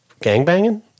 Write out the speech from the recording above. gangbanging